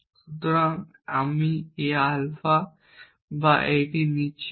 সুতরাং আমি এই আলফা এবং বা এই টি নিচ্ছি না